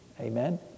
Amen